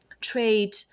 trade